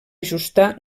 ajustar